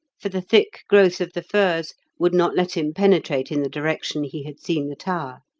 for the thick growth of the firs would not let him penetrate in the direction he had seen the tower.